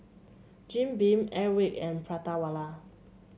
Jim Beam Airwick and Prata Wala